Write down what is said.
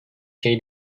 şeyi